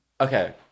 Okay